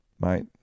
mate